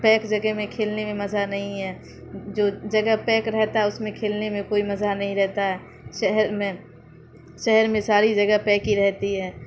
pack جگہ میں کھیلنے میں مزہ نہیں ہے جو جگہ پیک رہتا ہے اس میں کھیلنے میں کوئی مزہ نہیں رہتا ہے شہر میں شہر میں ساری جگہ پیک ہی رہتی ہے